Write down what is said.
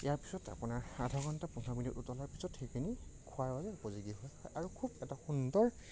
ইয়াৰ পিছত আপোনাৰ আধা ঘণ্টা পোন্ধৰ মিনিট উতলাৰ পিছত সেইখিনি খোৱাৰ বাবে উপযোগী হয় আৰু খুব এটা সুন্দৰ